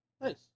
Nice